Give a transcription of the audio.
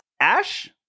Ash